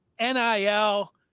NIL